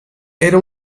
era